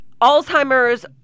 Alzheimer's